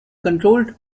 controlled